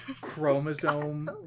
Chromosome